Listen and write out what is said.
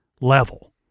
level